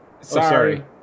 Sorry